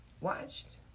watched